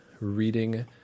reading